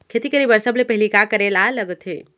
खेती करे बर सबले पहिली का करे ला लगथे?